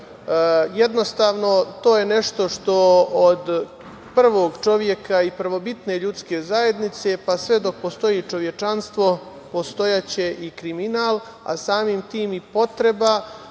Jednostavno, to je nešto što od prvog čoveka i prvobitne ljudske zajednice pa sve dok postoji čovečanstvo postojaće i kriminal, a samim tim i potreba